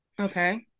Okay